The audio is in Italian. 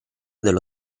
dello